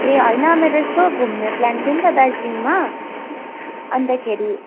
ए होइन मेरो यसो घुम्ने प्लान थियो नि त दार्जिलिङमा अन्तखेरि